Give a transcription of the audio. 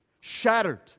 Shattered